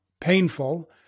painful